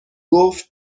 گفت